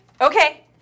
okay